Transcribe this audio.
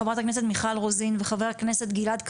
חברת הכנסת מיכל רוזין וחבר הכנסת גלעד קריב,